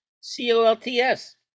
C-O-L-T-S